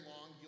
long